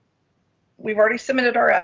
we've already submitted our, ah